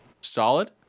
Solid